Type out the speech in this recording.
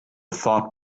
thought